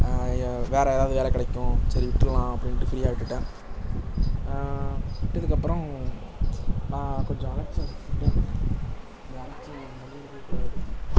வேற எதாவது வேலை கிடைக்கும் சரி விட்டுடலாம் அப்படின்ட்டு ஃப்ரீயாக விட்டுட்டேன் விட்டதுக்கப்பறம் கொஞ்சம்